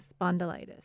spondylitis